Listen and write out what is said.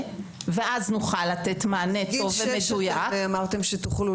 ואז נוכל לתת מענה מדויק --- עד גיל שש אמרתם שתוכלו